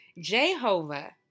Jehovah